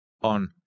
on